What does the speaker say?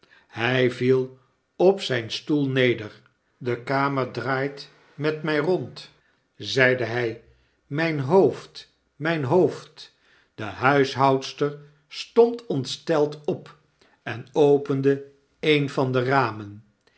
hy viel op zijn stoel neder dekamerdraait met mij rond zeide hy mijn hoofd i myn hoofd de huishoudster stond ontsteld op en opende een van de ramen